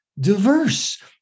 diverse